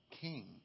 King